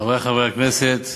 חברי חברי הכנסת,